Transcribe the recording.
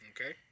Okay